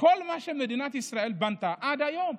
כל מה שמדינת ישראל בנתה עד היום,